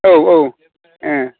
औ औ ओं